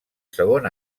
segon